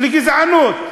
לגזענות.